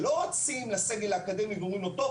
לא רצים לסגל האקדמי ואומרים לו: טוב,